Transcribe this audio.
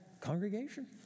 congregation